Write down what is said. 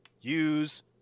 use